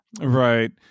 right